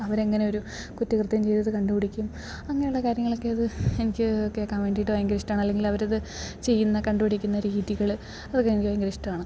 അവരെങ്ങനെയൊരു കുറ്റകൃത്യം ചെയ്തത് കണ്ടു പിടിക്കും അങ്ങനെയുള്ള കാര്യങ്ങളൊക്കെ അത് എനിക്ക് കേൾക്കാൻ വേണ്ടിയിട്ട് ഭയങ്കര ഇഷ്ടമാണ് അല്ലെങ്കിൽ അവരത് ചെയ്യുന്നതു കണ്ടു പിടിക്കുന്ന രീതികൾ അതൊക്കെ എനിക്ക് ഭയങ്കര ഇഷ്ടമാണ്